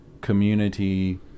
community